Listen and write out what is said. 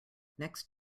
next